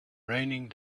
raining